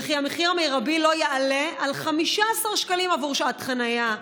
וכי המחיר המרבי לא יעלה על 15 שקלים עבור שעת חניה,